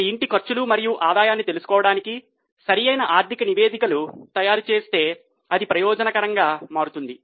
ఒక ఇంటి ఖర్చులు మరియు ఆదాయాన్ని తెలుసుకోవటానికి సరైన ఆర్థిక నివేదికలు తయారుచేస్తే అది ప్రయోజనకరంగా మారుతుంది